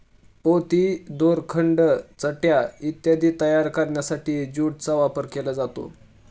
पोती, दोरखंड, चटया इत्यादी तयार करण्यासाठी ज्यूटचा वापर केला जातो